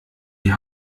die